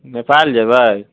नेपाल जयबै